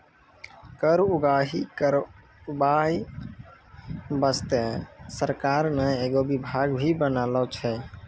कर उगाही करबाय बासतें सरकार ने एगो बिभाग भी बनालो छै